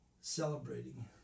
celebrating